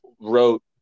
wrote